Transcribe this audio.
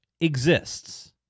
exists